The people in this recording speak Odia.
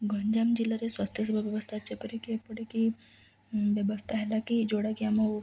ଗଞ୍ଜାମ ଜିଲ୍ଲାରେ ସ୍ୱାସ୍ଥ୍ୟ ସେବା ବ୍ୟବସ୍ଥା ଯେପରିକି ଏପରିକି ବ୍ୟବସ୍ଥା ହେଲା କି ଯେଉଁଟାକି ଆମ